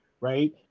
right